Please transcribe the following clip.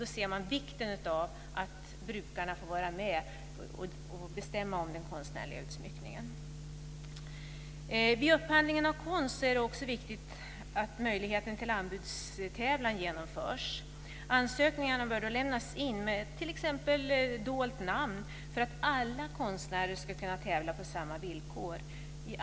Där ser man vikten av att brukarna får vara med och bestämma om den konstnärliga utsmyckningen. Vid upphandling av konst är det också viktigt att möjligheten till anbudstävlan utnyttjas. Ansökningarna bör då lämnas in med t.ex. dolt namn för att alla konstnärer ska kunna tävla på samma villkor.